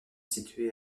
situées